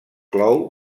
clou